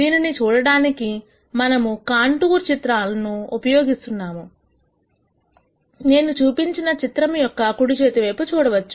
దీనిని చూడడానికి మనము కాంటూర్ చిత్రాల ను నేను చూపించిన చిత్రము యొక్క కుడి చేతి వైపు చూడవచ్చు